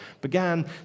began